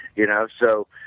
you know, so